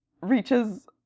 reaches